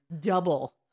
double